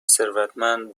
ثروتمند